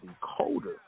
colder